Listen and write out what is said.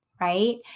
Right